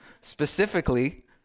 specifically